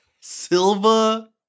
Silva